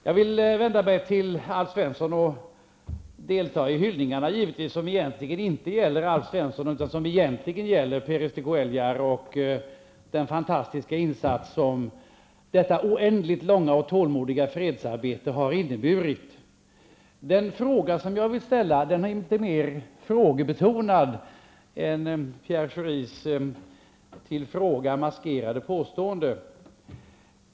Jag vill vända mig till Alf Svensson och delta i hyllningarna, som egentligen inte gäller Alf Svensson utan Pérez de Cuellar och den fantastiska insats som detta oändligt långa och tålmodiga fredsarbete har inneburit. Den fråga jag vill ställa är litet mer frågebetonad än Pierre Schoris till fråga maskerade påstående.